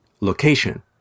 location